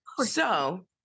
So-